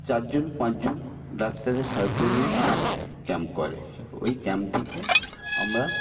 চারজন পাঁচজন ডাক্তারের সাহায্য নিয়ে ক্যাম্প করে ওই ক্যাম্পটিতে আমরা